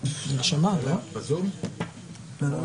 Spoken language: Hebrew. נרשמה, אני לא יודע